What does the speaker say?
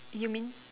you mean